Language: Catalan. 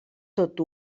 tot